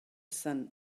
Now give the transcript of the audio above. sun